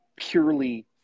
Purely